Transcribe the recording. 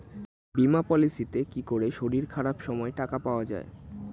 বীমা পলিসিতে কি করে শরীর খারাপ সময় টাকা পাওয়া যায়?